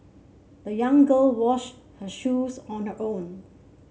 the young girl washed her shoes on her own